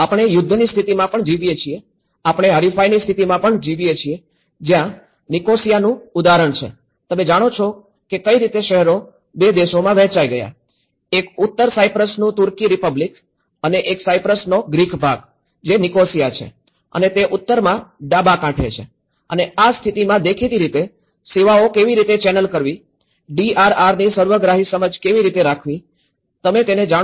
આપણે યુદ્ધની સ્થિતિમાં પણ જીવીએ છીએ આપણે હરીફાઈની સ્થિતિમાં પણ જીવીએ છીએ જ્યાં નિકોસિયાનું ઉદાહરણ છે તમે જાણો છો કે કઈ રીતે શહેરો ૨ દેશોમાં વહેંચાય ગયા એક ઉત્તર સાયપ્રસનું તુર્કી રિપબ્લિક અને એક સાયપ્રસનો ગ્રીક ભાગ જે નિકોસિયા છે અને તે ઉત્તરમાં ડાબા કાંઠે છે અને આ સ્થિતિમાં દેખીતી રીતે સેવાઓ કેવી રીતે ચેનલ કરવી ડીઆરઆરની સર્વગ્રાહી સમજ કેવી રીતે રાખવી તમે તેને જાણો છો કે નહીં